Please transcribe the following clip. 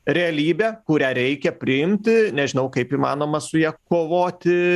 realybė kurią reikia priimti nežinau kaip įmanoma su ja kovoti